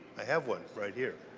i have one right here.